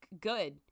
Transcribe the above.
good